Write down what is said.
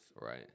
right